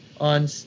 on